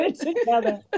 together